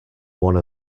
one